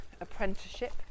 apprenticeship